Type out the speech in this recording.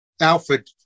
Alfred